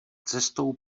cestou